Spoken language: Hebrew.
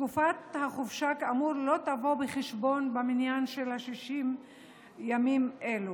תקופת החופשה כאמור לא תבוא בחשבון במניין של 60 ימים אלו.